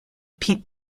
pete